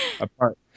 apart